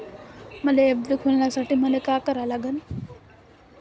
मले एफ.डी खोलासाठी मले का करा लागन?